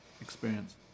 experience